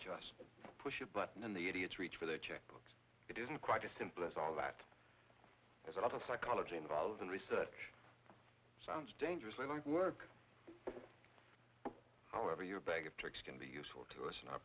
just push a button in the idiot's reach for their checkbooks it isn't quite as simple as all that there's a lot of psychology involved in research sounds dangerously like work however your bag of tricks can use or to us in our